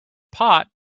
pot